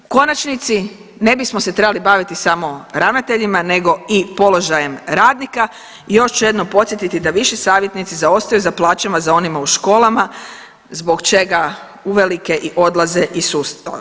U konačnici ne bismo se trebali baviti samo ravnateljima nego i položajem radnika i još ću jednom podsjetiti da viši savjetnici zaostaju za plaćama za onima u školama zbog čega uvelike i odlaze iz sustava.